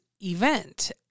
event